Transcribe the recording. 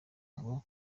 ngo